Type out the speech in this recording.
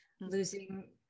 losing